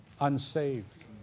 unsaved